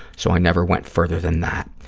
so i never went further than that.